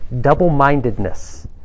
double-mindedness